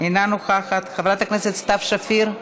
אינה נוכחת, חברת הכנסת סתיו שפיר,